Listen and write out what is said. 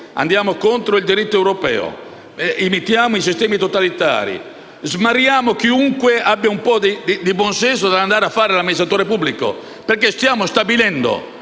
andiamo contro il diritto europeo, imitiamo i sistemi totalitari, provochiamo smarrimento in chiunque abbia un po' di buon senso nell'andare a fare l'amministrazione pubblico perché stiamo stabilendo